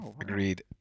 Agreed